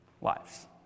lives